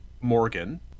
Morgan